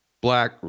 Black